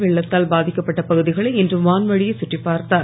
வெள்ளத்தால் பாதிக்கப்பட்ட பகுதிகளை வான் வழியே கற்றிப்பார்த்தார்